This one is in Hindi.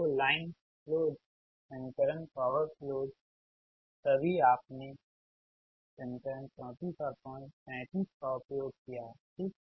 तो लाइन फ़्लोज समीकरण पॉवर फ़्लोज सभी आपने समीकरण 34 और 35 का उपयोग किया है ठीक